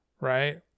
right